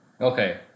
Okay